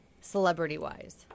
celebrity-wise